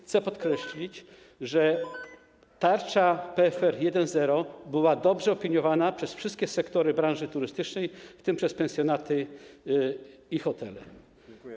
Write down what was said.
Chcę podkreślić, że tarcza PFR 1.0 była dobrze opiniowana przez wszystkie sektory branży turystycznej, w tym przez pensjonaty i hotele.